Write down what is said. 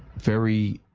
ferry